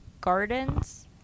gardens